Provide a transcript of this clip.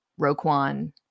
Roquan